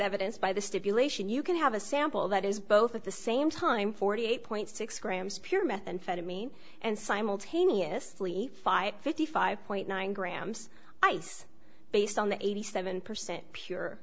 evidence by the stipulation you can have a sample that is both at the same time forty eight point six grams pure methamphetamine and simultaneously five fifty five point nine grams ice based on the eighty seven percent pure